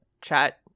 chat